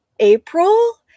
April